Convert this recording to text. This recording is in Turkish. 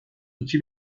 iki